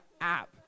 app